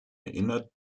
erinnert